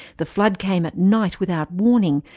the flood came at night without warning,